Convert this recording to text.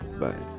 Bye